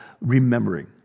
remembering